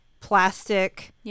plastic